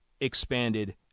expanded